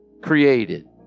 created